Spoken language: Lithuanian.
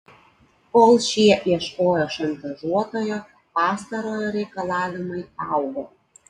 kol šie ieškojo šantažuotojo pastarojo reikalavimai augo